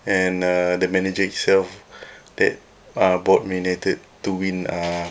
and uh the manager himself that uh brought man untied to win uh